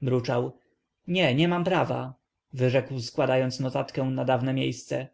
mruczał nie nie mam prawa wyrzekł składając notatkę na dawne miejsce